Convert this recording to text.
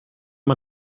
man